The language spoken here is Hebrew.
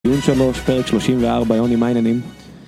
דיון שלוש, פרק שלושים וארבע, יוני מה העניינים.